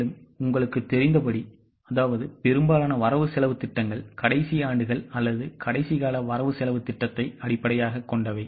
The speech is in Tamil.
இப்போது உங்களுக்குத் தெரிந்தபடி பெரும்பாலான வரவு செலவுத் திட்டங்கள் கடைசி ஆண்டுகள் அல்லது கடைசி கால வரவு செலவுத் திட்டத்தை அடிப்படையாகக் கொண்டவை